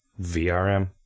VRM